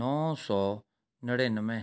ਨੌਂ ਸੌ ਨੜਿਨਵੇਂ